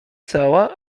cała